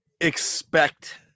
expect